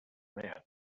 man